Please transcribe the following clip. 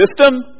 system